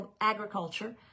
agriculture